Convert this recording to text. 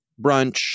brunch